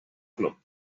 club